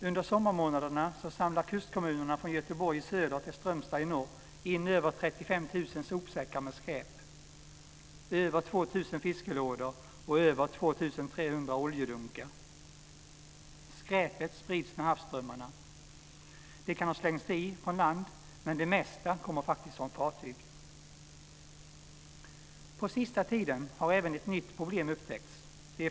Under sommarmånaderna samlar kustkommunerna från sopsäckar med skräp, över 2 000 fiskelådor och över 2 300 oljedunkar. Skräpet sprids med havsströmmarna. Det kan ha slängts i från land, men det mesta kommer faktiskt från fartyg. På sista tiden har även ett nytt problem upptäckts.